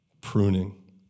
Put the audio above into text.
pruning